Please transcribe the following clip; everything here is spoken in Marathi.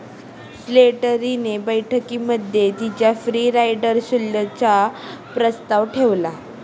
स्लेटरी ने बैठकीमध्ये तिच्या फ्री राईडर शुल्क चा प्रस्ताव ठेवला